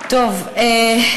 היושב-ראש,